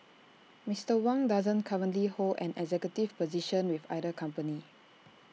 Mister Wang doesn't currently hold an executive position with either company